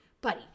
buddy